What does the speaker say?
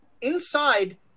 inside